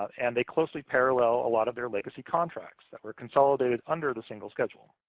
and they closely parallel a lot of their legacy contracts that were consolidated under the single schedule.